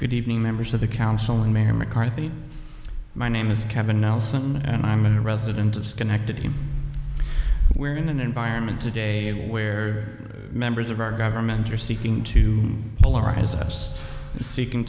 good evening members of the counseling mayor mccarthy my name is kevin nelson and i'm a resident of schenectady where in an environment today where members of our government are seeking to polarize us and seeking